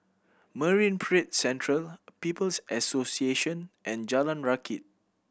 Marine Parade Central People's Association and Jalan Rakit